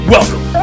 Welcome